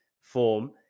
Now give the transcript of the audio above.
form